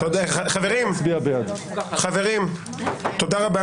חברים, תודה רבה.